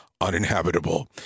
uninhabitable